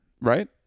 Right